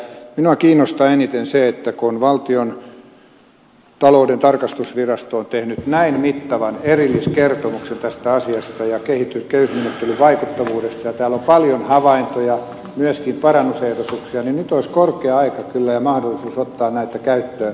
minua kiinnostaa eniten se että kun valtiontalouden tarkastusvirasto on tehnyt näin mittavan erilliskertomuksen tästä asiasta ja kehysmenettelyn vaikuttavuudesta ja täällä on paljon havaintoja myöskin parannusehdotuksia niin nyt olisi kyllä korkea aika ja mahdollisuus ottaa näitä käyttöön